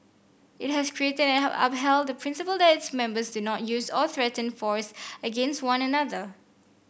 it has created and up upheld the principle that its members do not use or threaten force against one another